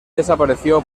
desapareció